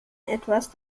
etwas